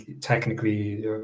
technically